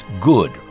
good